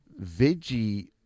veggie